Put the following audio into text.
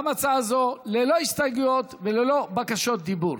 גם הצעה זו ללא הסתייגויות וללא בקשות דיבור.